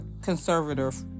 conservative